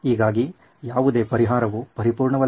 ಈಗಾಗಿ ಯಾವುದೇ ಪರಿಹಾರವು ಪರಿಪೂರ್ಣವಲ್ಲ